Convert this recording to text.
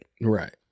Right